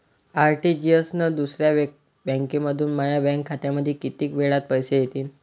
RTGS न दुसऱ्या बँकेमंधून माया बँक खात्यामंधी कितीक वेळातं पैसे येतीनं?